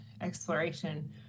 exploration